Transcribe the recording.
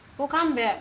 we'll come